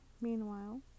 meanwhile